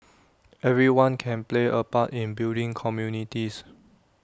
everyone can play A part in building communities